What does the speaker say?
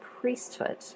priesthood